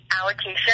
allocation